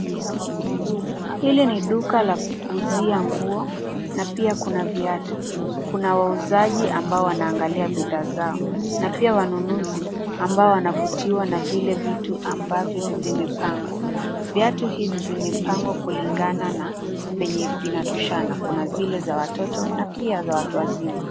Hili ni duka la kuuzia nguo na pia kuna viatu. Kuna wauzaji ambao wanaangalia bidhaa zao na pia wanunuzi ambao wanavutiwa n vile vitu ambavyo vimepangwa. Viatu hivi vimepangwa kulingana zenye zinatoshana, kuna zile za watoto na pia za watu wazima.